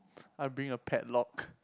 I bring a padlock